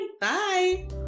Bye